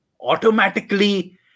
automatically